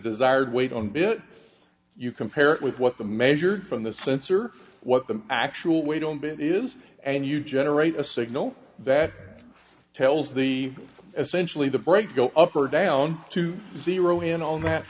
weight on bit you compare it with what the measured from the sensor what the actual weight on bit is and you generate a signal that tells the centrally the break go up or down to zero in on that